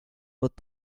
but